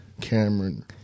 Cameron